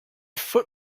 foot